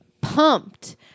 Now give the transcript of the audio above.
pumped